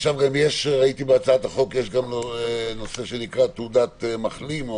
ראיתי בהצעת החוק שיש גם נושא שנקרא "תעודת מחלים".